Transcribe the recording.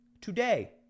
today